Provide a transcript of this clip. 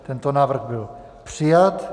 Tento návrh byl přijat.